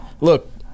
look